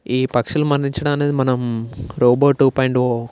ఈ పక్షులు మన్నించడాని మనం రోబో టూ పాయింట్ ఓ